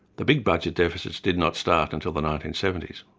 the big budget deficits did not start until the nineteen seventy s.